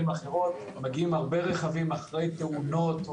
אחרות מגיעים הרבה רכבים אחרי תאונות,